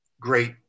great